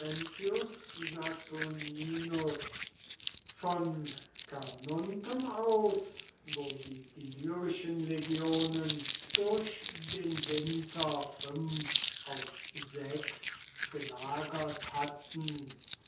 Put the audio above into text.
von carnuntum aus wo die illyrischen legionen durch den winter fünf auf sechs gelagert hatten